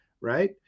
right